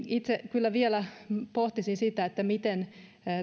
itse kyllä vielä pohtisin sitä miten